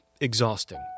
exhausting